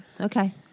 Okay